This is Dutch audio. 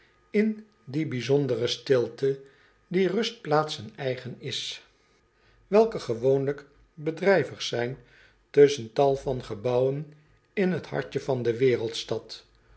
in die bijzondere stilte die rustplaatsen eigen is welke geeen reiziger die geen handel drijft woonlijk bedrij vigzijn tusschen tal van gebouwen in t hartje van de wereldstad